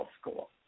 school